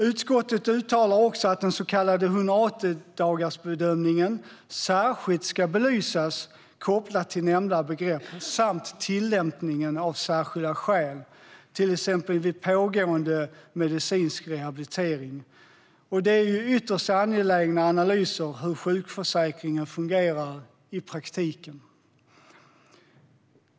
Utskottet uttalar också att den så kallade 180-dagarsbedömningen särskilt ska belysas kopplat till nämnda begrepp samt tillämpningen av särskilda skäl, till exempel vid pågående medicinsk rehabilitering. Det är ytterst angelägna analyser av hur sjukförsäkringen fungerar i praktiken.